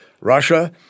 Russia